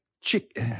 Chick